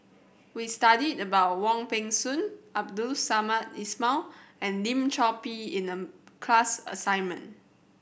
we studied about Wong Peng Soon Abdul Samad Ismail and Lim Chor Pee in the class assignment